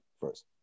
first